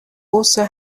also